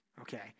okay